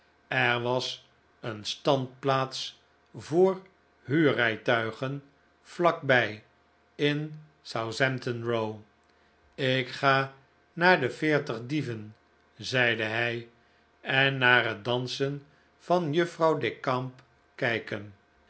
er was een standplaats voor huurrijtuigen vlak bij in southampton row ik ga naar de veertig dieven zeide hij en naar het dansen van juffrouw decamp kijken